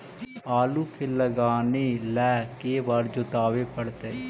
आलू के लगाने ल के बारे जोताबे पड़तै?